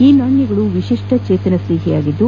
ಈ ನಾಣ್ಯಗಳು ವಿಶಿಷ್ಠಚೇತನ ಸ್ನೇಹಿಯಾಗಿದ್ದು